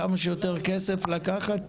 כמה שיותר כסף לקחת?